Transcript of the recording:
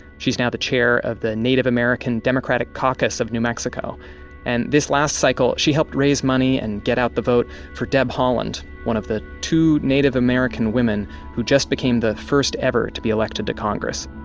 she's now the chair of the native american democratic caucus of new mexico and this last cycle she helped raise money and get out the vote for deb haaland, one of two native american women who just became the first ever to be elected to congress